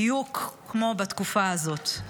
בדיוק כמו בתקופה הזאת,